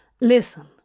Listen